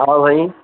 हा साईं